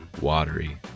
watery